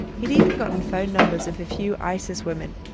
he'd even gotten phone numbers of a few isis women.